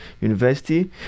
University